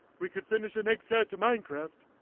we could finish an eggs guide to minecraft?